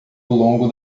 longo